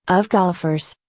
of golfers,